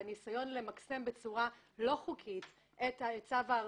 בניסיון למקסם בצורה לא חוקית את ההיצע והארנונה,